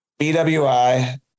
BWI